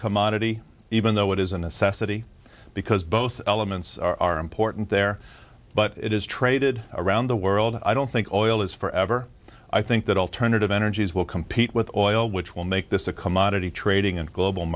commodity even though it is a necessity because both elements are important there but it is traded around the world i don't think oil is forever i think that alternative energies will compete with oil which will make this a commodity trading and global